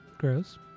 Gross